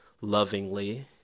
lovingly